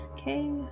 Okay